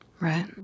Right